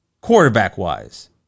Quarterback-wise